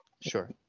Sure